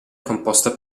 composta